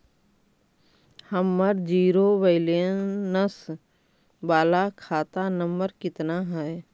हमर zero balance बाला खाता नम्बर कितना है?